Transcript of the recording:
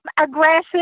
aggressive